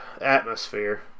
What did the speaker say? atmosphere